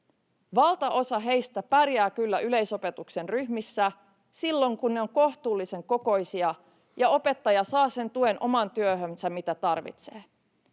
Valtaosa heistä pärjää kyllä yleisopetuksen ryhmissä silloin, kun ne ovat kohtuullisen kokoisia ja opettaja saa omaan työhönsä sen tuen, mitä tarvitsee.